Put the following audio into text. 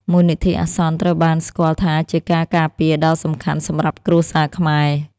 មូលនិធិអាសន្នត្រូវបានស្គាល់ថាជាការការពារដ៏សំខាន់សម្រាប់គ្រួសារខ្មែរ។